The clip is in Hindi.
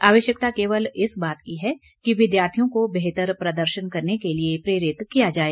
आवश्यकता केवल इस बात की है कि विद्यार्थियों को बेहतर प्रदर्शन करने के लिए प्रेरित किया जाए